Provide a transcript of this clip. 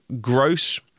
gross